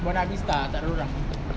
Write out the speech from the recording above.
buona vista tak ada orang